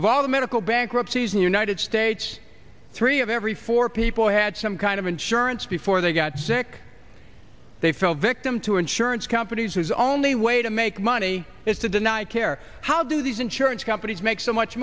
of all the medical bankruptcies in the united states three of every four people had some kind of insurance before they got sick they fell victim to insurance companies whose only way to make money is to deny care how do these insurance companies make so much